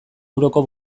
euroko